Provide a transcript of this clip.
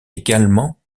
également